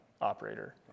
operator